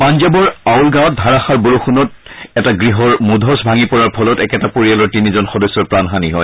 পাঞ্জাৱৰ আউল গাঁৱত ধাৰাসাৰ বৰষণত এটা গৃহৰ মূধচ ভাঙি পৰাৰ ফলত একেটা পৰিয়ালৰ তিনিজন সদস্যৰ প্ৰাণহানি হয়